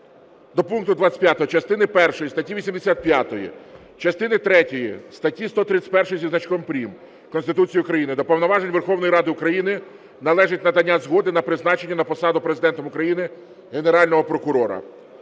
до пункту 25 частини першої статті 85, частини третьої статті 131 зі значком прим. Конституції України до повноважень Верховної Ради України належить надання згоди на призначення на посаду Президентом України Генерального прокурора.